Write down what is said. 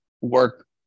work